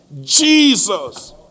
Jesus